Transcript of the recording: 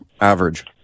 average